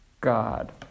God